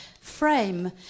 frame